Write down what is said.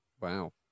Wow